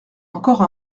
encore